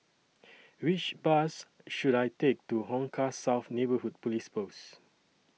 Which Bus should I Take to Hong Kah South Neighbourhood Police Post